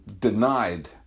denied